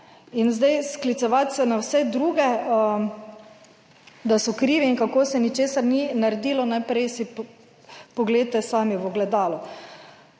Zdaj sklicevati se na vse druge, da so krivi in kako se ničesar ni naredilo, najprej si poglejte sami v ogledalo.